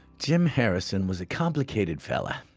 jim harrison was a complicated fella.